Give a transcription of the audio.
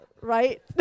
right